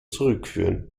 zurückführen